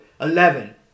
Eleven